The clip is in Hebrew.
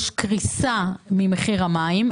יש קריסה ממחיר המים,